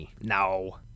No